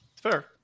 Fair